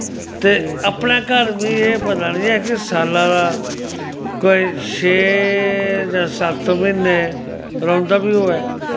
ते अपनै घर बी एह् पता नी ऐ कि साल्ला दा को ई छे जां सत्त महीने रौंह्दा बी होऐ